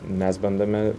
mes bandome